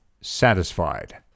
satisfied